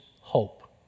hope